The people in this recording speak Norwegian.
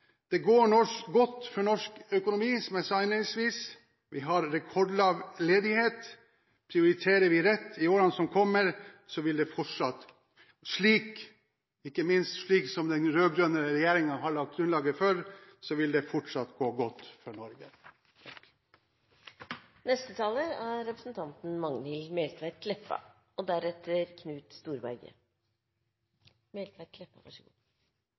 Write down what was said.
går det godt for norsk økonomi. Vi har rekordlav ledighet. Prioriterer vi rett i årene som kommer – slik den rød-grønne regjeringen har lagt grunnlaget for – vil det fortsatt gå godt for Norge.